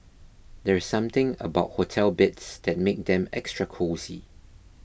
there's something about hotel beds that makes them extra cosy